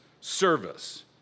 service